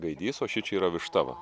gaidys o šičia yra višta va